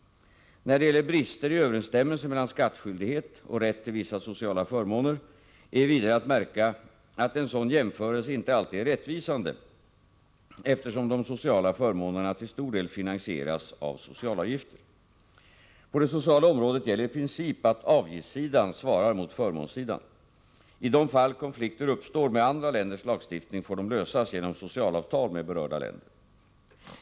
När det gäller brister i överensstämmelse mellan skattskyldighet och rätt till vissa sociala förmåner är vidare att märka, att en sådan jämförelse inte alltid är rättvisande, eftersom de sociala förmånerna till stor del finansieras av socialavgifter. På det sociala området gäller i princip att avgiftssidan svarar mot förmånssidan. I de fall konflikter uppstår med andra länders lagstiftning får de lösas genom socialavtal med berörda länder.